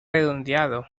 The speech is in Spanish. redondeado